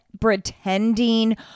pretending